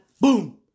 boom